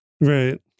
right